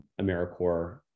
AmeriCorps